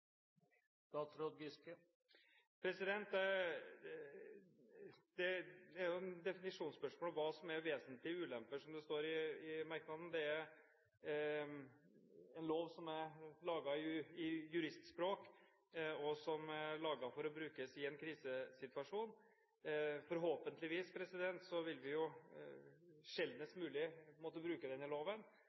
Det er et definisjonsspørsmål hva som er «vesentlige ulemper», som det står i merknaden. Dette er en lov som er laget i juristspråk, og som er laget for å bli brukt i en krisesituasjon. Forhåpentligvis vil vi sjeldnest mulig måtte bruke denne loven.